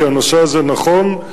כי הנושא הזה נכון,